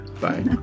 Bye